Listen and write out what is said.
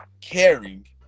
caring